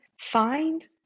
Find